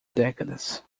décadas